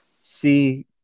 see